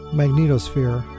magnetosphere